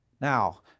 Now